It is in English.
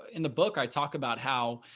in the book, i talked about how,